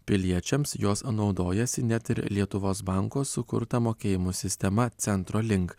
piliečiams jos naudojasi net ir lietuvos banko sukurta mokėjimų sistema centro link